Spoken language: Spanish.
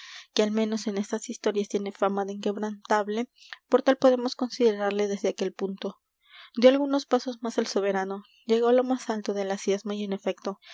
que al menos en estas historias tiene fama de inquebrantable por tal podemos considerarle desde aquel punto dió algunos pasos más el soberano llegó á lo más alto de la ciezma y en efecto